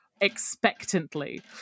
expectantly